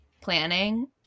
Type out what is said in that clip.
planning